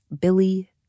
Billy